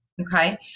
Okay